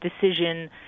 decision